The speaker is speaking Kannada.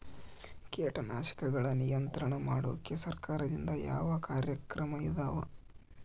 ಕೇಟನಾಶಕಗಳ ನಿಯಂತ್ರಣ ಮಾಡೋಕೆ ಸರಕಾರದಿಂದ ಯಾವ ಕಾರ್ಯಕ್ರಮ ಇದಾವ?